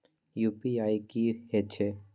UPI की हेछे?